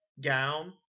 gown